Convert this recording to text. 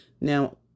now